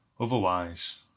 Otherwise